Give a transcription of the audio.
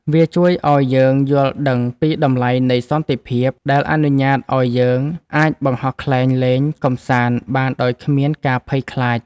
វាជួយឱ្យយើងយល់ដឹងពីតម្លៃនៃសន្តិភាព ដែលអនុញ្ញាតឱ្យយើងអាចបង្ហោះខ្លែងលេងកម្សាន្តបានដោយគ្មានការភ័យខ្លាច។